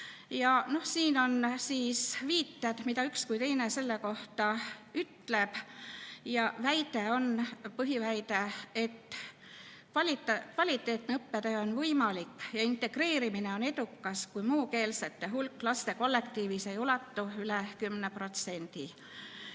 Siin on viited, mida üks või teine selle kohta ütleb. Põhiväide on, et kvaliteetne õppetöö on võimalik ja integreerimine on edukas, kui muukeelsete hulk lastekollektiivis ei ulatu üle 10%.